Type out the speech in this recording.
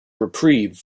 reprieve